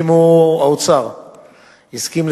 האוצר הסכים,